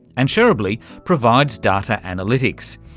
and shareablee provides data analytics,